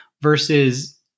versus